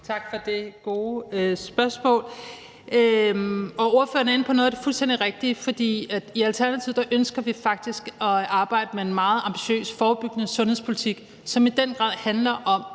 Tak for de gode spørgsmål. Ordføreren er inde på noget af det fuldstændig rigtige, for i Alternativet ønsker vi faktisk at arbejde med en meget ambitiøs forebyggende sundhedspolitik, som i den grad handler om